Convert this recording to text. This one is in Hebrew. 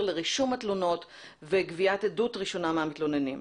לרישום התלונות וגביית עדות ראשונה מהמתלוננים.